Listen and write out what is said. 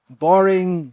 boring